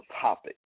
topic